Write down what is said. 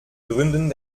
gründen